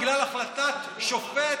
בגלל החלטת שופט,